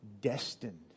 destined